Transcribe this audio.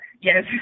yes